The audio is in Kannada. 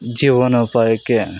ಜೀವನೋಪಾಯಕ್ಕೆ